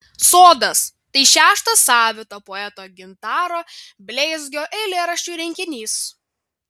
sodas tai šeštas savito poeto gintaro bleizgio eilėraščių rinkinys